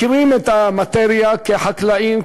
מכירים את המאטריה כחקלאים,